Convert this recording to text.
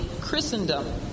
Christendom